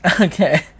Okay